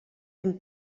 amb